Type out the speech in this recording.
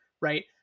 right